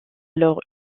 alors